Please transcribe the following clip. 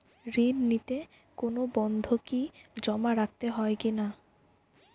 ঋণ নিতে কোনো বন্ধকি জমা রাখতে হয় কিনা?